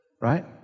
right